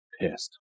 pissed